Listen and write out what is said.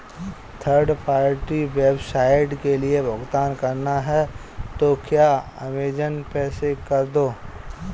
third party website के लिए भुगतान करना है तो क्या अमेज़न पे से कर दो